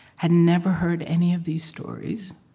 had never heard any of these stories.